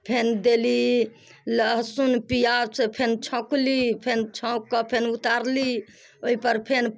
फेन देली लहसुन पियाज से फेन छौंकके फेन उतारली ओहि पर फेन